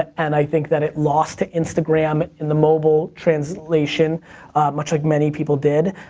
and i think that it lost to instagram in the mobile translation much like many people did.